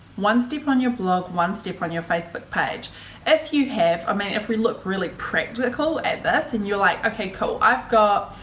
one step on your blog, one step on your facebook page if you have, um i mean, if we look really practical at this and you're like okay cool i've got